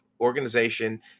organization